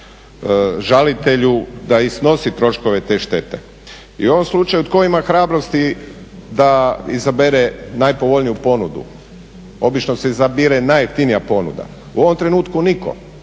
žalitelju da i snosi troškove te štete. I u ovom slučaju tko ima hrabrosti da izabere najpovoljniju ponudu? Obično se izabire najjeftinija ponuda. U ovom trenutku nitko.